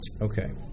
Okay